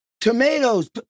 Tomatoes